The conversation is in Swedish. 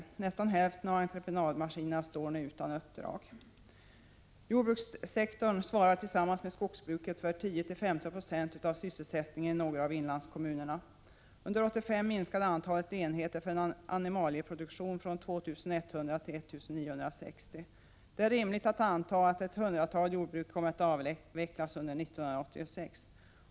För nästan hälften av entreprenadmaskinerna saknas nu uppdrag. Jordbrukssektorn svarar tillsammans med skogsbruket för 10-15 90 av sysselsättningen i några av inlandskommunerna. Under 1985 minskade antalet enheter för animalieproduktion från 2 100 till 1 960. Det är rimligt att anta att ett hundratal jordbruk kommer att avvecklas under 1986.